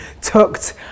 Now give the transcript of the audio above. tucked